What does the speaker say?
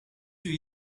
you